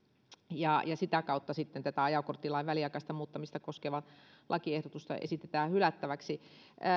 ja sitä kautta sitten tätä ajokorttilain väliaikaista muuttamista koskevaa lakiehdotusta esitetään hylättäväksi